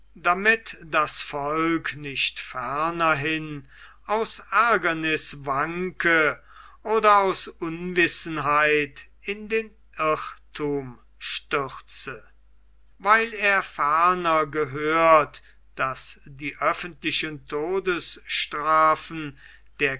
damit das volk nicht fernerhin aus aergerniß wanke oder aus unwissenheit in den irrthum stürze weil er ferner gehört daß die öffentlichen todesstrafen der